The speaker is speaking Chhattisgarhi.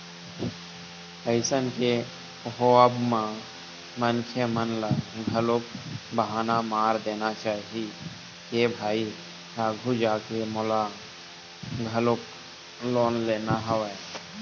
अइसन के होवब म मनखे मन ल घलोक बहाना मार देना चाही के भाई आघू जाके मोला घलोक लोन लेना हवय